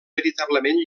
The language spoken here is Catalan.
veritablement